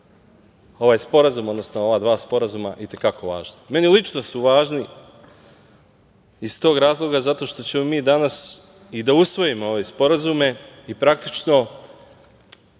ovaj sporazum, odnosno ova dva sporazuma i te kako važni. Meni lično su važni iz tog razloga, zato što ćemo mi danas i da usvojimo ove sporazume i praktično